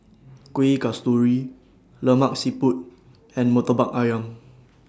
Kuih Kasturi Lemak Siput and Murtabak Ayam